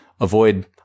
avoid